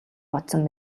бодсон